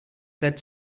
said